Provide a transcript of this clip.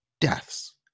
deaths